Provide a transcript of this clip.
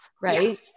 right